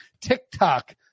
TikTok